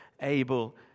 able